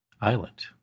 island